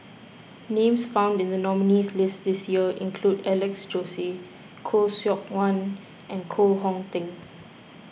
names found in the nominees' list this year include Alex Josey Khoo Seok Wan and Koh Hong Teng